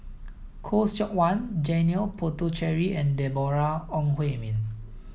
Khoo Seok Wan Janil Puthucheary and Deborah Ong Hui Min